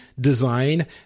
design